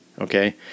Okay